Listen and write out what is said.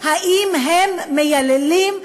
האם הם מייללים?